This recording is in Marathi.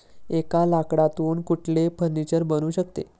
एका लाकडातून कुठले फर्निचर बनू शकते?